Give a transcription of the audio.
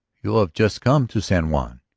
you have just come to san juan?